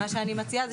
מה שאני מציעה,